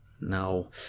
no